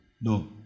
No